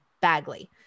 Bagley